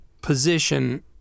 position